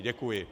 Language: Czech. Děkuji.